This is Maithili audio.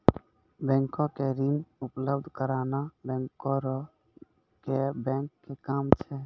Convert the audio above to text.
बैंको के ऋण उपलब्ध कराना बैंकरो के बैंक के काम छै